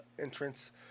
entrance